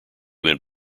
went